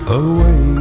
away